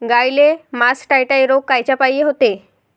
गाईले मासटायटय रोग कायच्यापाई होते?